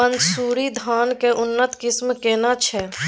मानसुरी धान के उन्नत किस्म केना छै?